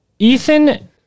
Ethan